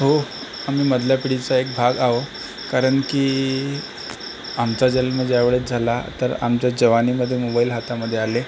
हो आम्ही मधल्या पिढीचा एक भाग आहो कारण की आमचा जल्म ज्या वेळेस झाला तर आमच्या जवानीमध्ये मोबाइल हातामधे आले